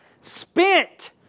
Spent